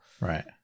Right